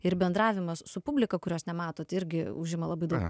ir bendravimas su publika kurios nematot irgi užima labai daug